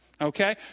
Okay